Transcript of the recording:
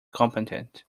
competent